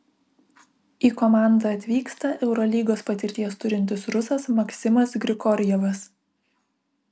į komandą atvyksta eurolygos patirties turintis rusas maksimas grigorjevas